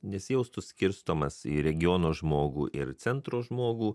nesijaustų skirstomas į regiono žmogų ir centro žmogų